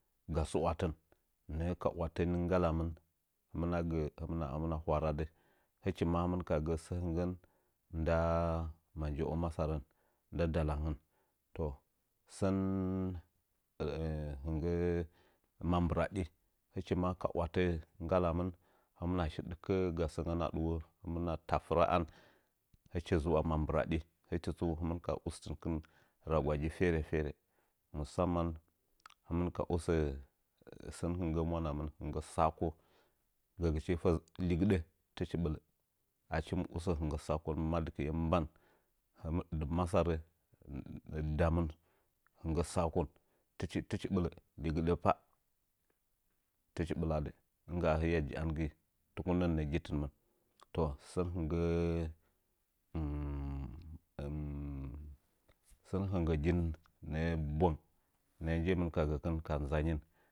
Gassə watən nə'ə ka watəni nggakmɨn hinna gə hɨnna hwaradɨ hɨchi ma hɨn mɨn gə sə hinggən nda maje'o masarən nda dala ngən tuh sən hɨnggə mambɨraɗin hɨchi ma kawata ngga lamɨn hɨ mna shi dɨkə'ə gassəngən aɗɨwo hɨmna taɗɨra'an hɨchi zi wa mambɨraɗi hɨchi tsu hɨmɨn ka ushinkɨn ragwagi fərə ferə musaman hɨmɨn ka usə sən hɨnggə mwanamɨn higgən saako gagɨchi pəzə ligɨɗə tɨchi ɓɨlə achi mɨ usə hinggə saakon madkɨyan mban him dɨ masarə damɨn hinggə sakon dɨn achi ɓillə lɨgɨɗə ka tɨchi bɨlladɨ nɨnggala hiya ja'an gəi tuku nənnə gitinmɨn toh sən hɨnggə hɨnggəgin nə'o bwang nə'r njimin ka gəkɨn ga nzanyin